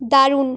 দারুণ